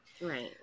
Right